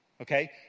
Okay